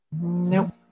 Nope